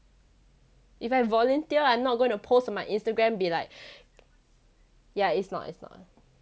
if I volunteer I'm not gonna post on my instagram be like yeah it's not it's not